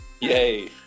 Yay